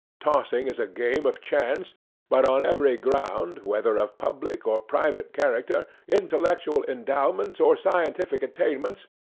tossing is a game of chance but on every ground, whether of public or private character, intellectual endowments, or scientific attainments,